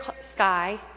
sky